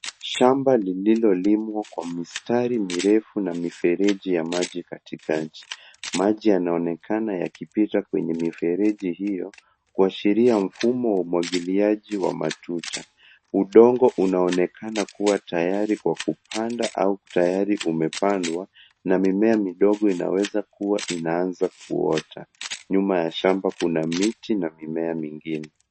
Shamba lililolimwa kwa mistari mirefu na mifereji ya maji katikati. Maji yanaonekana yakipita kwenye mifereji kuashiria mfumo wa umwagiliaji wa matuta. Udongo unaonekana kuwa tayari kwa kupanda au tayari imepandwa na mimea midogo inaweza kuwa inaanza kuota. Nyuma ya shamba kuna miti na mimea mingine.